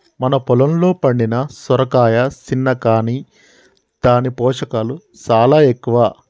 మన పొలంలో పండిన సొరకాయ సిన్న కాని దాని పోషకాలు సాలా ఎక్కువ